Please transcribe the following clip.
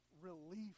relief